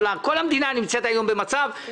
מיליון שקלים - רק את התקציב השוטף מאשרים עד יולי.